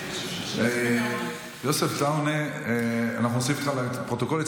יוסף עטאונה, אנחנו נוסיף אותך לפרוטוקול.